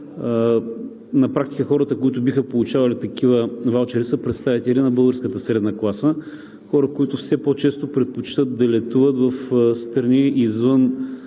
на практика хората, които биха получавали такива ваучери, са представители на българската средна класа – хора, които все по-често предпочитат да летуват на места извън